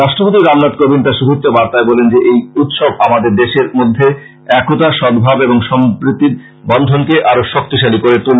রাষ্ট্রপতি রামনাথ কোবিন্দ তাঁর শুভেচ্ছা বার্তায় বলেন যে এই উৎসব আমাদের দেশের মধ্যে একতা সদ্ভাব ও সম্প্রীতির বন্ধনকে শক্তিশালি করে তোলে